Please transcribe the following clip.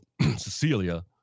Cecilia